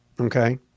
Okay